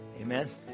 Amen